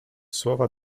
słowa